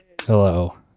hello